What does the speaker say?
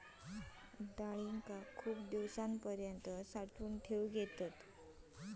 डाळींका खूप दिवसांपर्यंत साठवून ठेवक येता